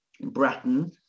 Bratton